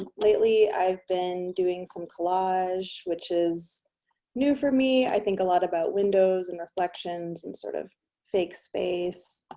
lately i've been doing some collage, which is new for me. me. i think a lot about windows and reflections and sort of fake space,